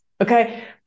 Okay